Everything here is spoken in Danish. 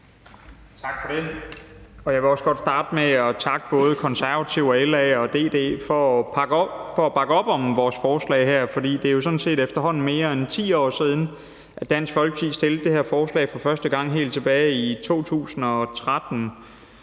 Tak for det. Jeg vil også godt starte med at takke både Konservative, LA og DD for at bakke op om vores forslag her, for efterhånden er det jo sådan set mere end 10 år siden, at Dansk Folkeparti fremsatte det her forslag for første gang, helt tilbage i 2013.